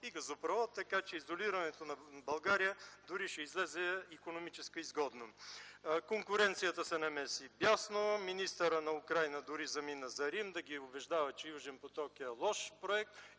и газопровод, така че изолирането на България дори ще излезе икономически изгодно. Конкуренцията се намеси бясно. Министърът на Украйна дори замина за Рим да ги убеждава, че „Южен поток” е лош проект